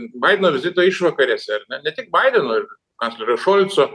baideno vizito išvakarėse ar ne ne tik baideno ir kanclerio šolco